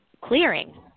clearing